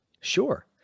Sure